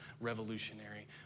revolutionary